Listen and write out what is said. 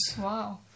Wow